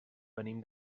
venim